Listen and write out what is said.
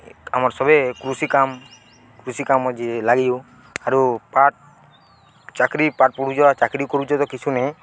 ଆମର୍ ସବେ କୃଷି କାମ କୃଷି କାମ ଯିଏ ଲାଗିବ ଆରୁ ପାଠ ଚାକିରି ପାଠ ପଢ଼ୁଛ ଚାକିରି କରୁଛ ତ କିଛିୁ ନାହିଁ